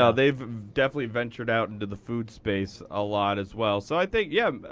ah they've definitely ventured out into the food space a lot as well. so think, yeah,